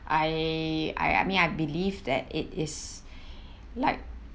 I I I mean I believe that it is like